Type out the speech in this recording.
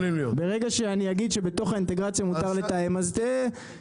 ברגע שאני אגיד שבתוך האינטגרציה מותר לתאם אז יהיה.